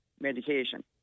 medication